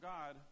God